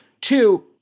Two